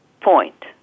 point